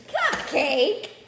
Cupcake